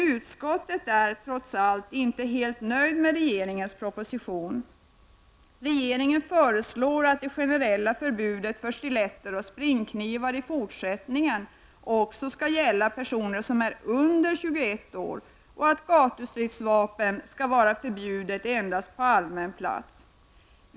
Utskottet är trots allt inte helt nöjt med regeringens proposition. Regeringen föreslår att det generella förbudet för stiletter och springknivar i fortsättningen också skall gälla personer som är under 21 år och att gatustridsvapen skall vara förbjudna endast på allmän plats.